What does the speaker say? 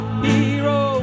hero